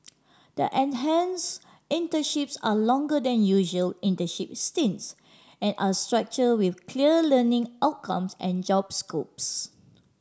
the enhanced internships are longer than usual internship stints and are structured with clear learning outcomes and job scopes